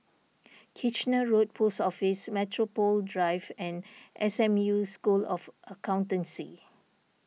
Kitchener Road Post Office Metropole Drive and S M U School of Accountancy